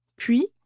Puis